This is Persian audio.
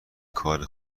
کار